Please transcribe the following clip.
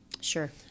Sure